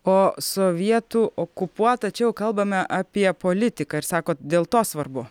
o sovietų okupuota čia jau kalbame apie politiką ir sakot dėl to svarbu